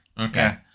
Okay